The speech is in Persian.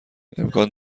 امکان